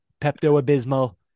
Pepto-abysmal